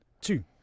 two